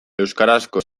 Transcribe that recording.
euskarazko